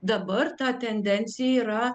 dabar ta tendencija yra